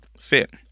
fit